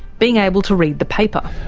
being able to read the paper.